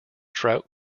trout